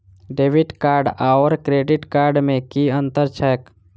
Debit card आओर credit card मे की अन्तर छैक?